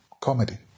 comedy